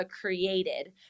created